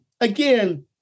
again